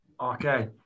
Okay